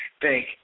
thank